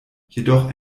jedoch